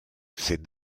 c’est